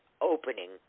opening